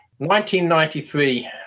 1993